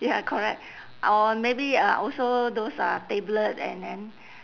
ya correct or maybe uh also those uh tablet and then